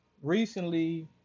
recently